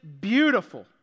beautiful